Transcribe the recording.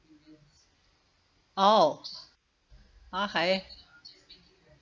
oh okay